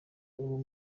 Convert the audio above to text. uwo